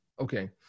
Okay